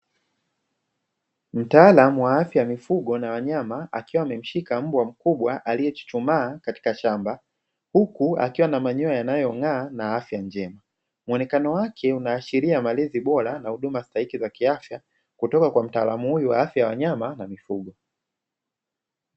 Mtaalamu wa afya ya mifugo na wanyama akiwa amemshika mbwa mkubwa aliyechuchumaa katika shamba, huku akiwa na manyoya yanayong'aa na afya njema, muonekano wake unaashiria malezi bora na huduma stahiki za kiafya kutoka kwa mtaalamu huyu wa afya ya wanyama na mifugo.